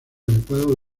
adecuado